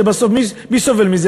ובסוף מי סובל מזה?